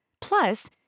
Plus